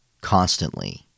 constantly